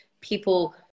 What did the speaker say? people